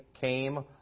came